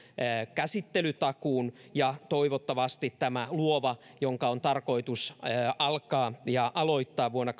käsittelytakuun ja toivottavasti tämä luova jonka on tarkoitus aloittaa vuonna